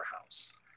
house